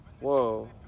Whoa